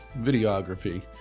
videography